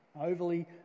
overly